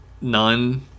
none